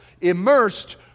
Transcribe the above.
immersed